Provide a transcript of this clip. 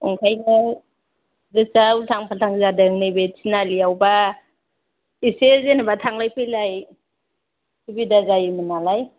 ओंखायनो गोसोया एसे उलथां फाथां जादों नैबे थिनालिआवबा एसे जेनोबा थांलाय फैलाय सुबिदा जायोमोन नालाय